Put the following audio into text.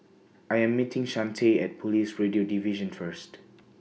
I Am meeting Shante At Police Radio Division First